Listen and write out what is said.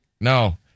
No